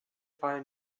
fallen